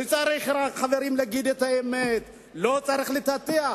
וצריך, חברים, להגיד את האמת, לא צריך לטאטא.